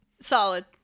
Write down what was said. Solid